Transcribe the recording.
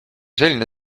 selline